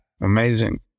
Amazing